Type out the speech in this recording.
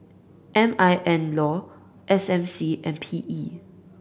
M I N Law S M C and P E